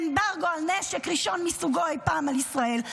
אמברגו נשק ראשון מסוגו אי פעם על ישראל,